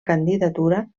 candidatura